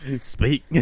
Speak